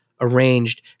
arranged